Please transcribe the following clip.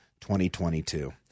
2022